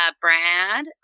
Brad